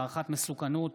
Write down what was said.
והערכת מסוכנות,